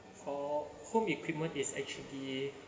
for home equipment is actually